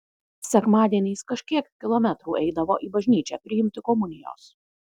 sekmadieniais kažkiek kilometrų eidavo į bažnyčią priimti komunijos